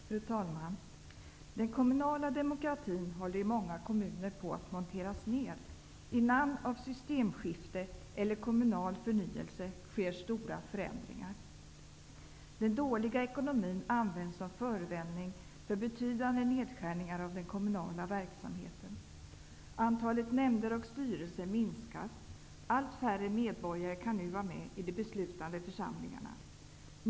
Fru talman! Den kommunala demokratin håller i många kommuner på att monteras ner. I namn av ''systemskifte'' eller ''kommunal förnyelse'' sker stora förändringar. Den dåliga ekonomin används som förevändning för betydande nedskärningar i den kommunala verksamheten. Antalet nämnder och styrelser minskas. Allt färre medborgare kan nu vara med i de beslutande församlingarna.